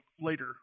later